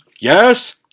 yes